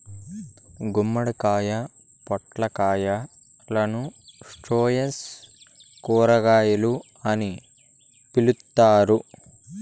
గుమ్మడికాయ, పొట్లకాయలను స్క్వాష్ కూరగాయలు అని పిలుత్తారు